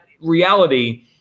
reality